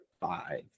five